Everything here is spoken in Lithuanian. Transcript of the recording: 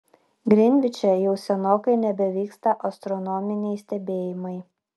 grinviče jau senokai nebevyksta astronominiai stebėjimai